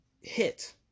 hit